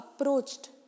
approached